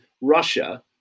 Russia